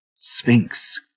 Sphinx